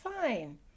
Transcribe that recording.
fine